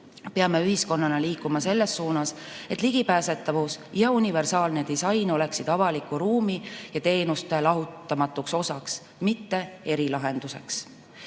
Peame ühiskonnana liikuma selles suunas, et ligipääsetavus ja universaalne disain oleksid avaliku ruumi ja teenuste lahutamatuks osaks, mitte erilahenduseks. Eestis